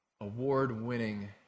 Award-winning